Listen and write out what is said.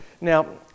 Now